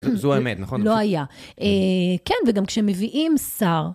זו האמת, נכון? לא היה. כן, וגם כשמביאים שר.